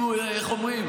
איך אומרים,